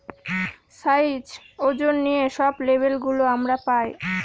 size, ওজন নিয়ে সব লেবেল গুলো আমরা পায়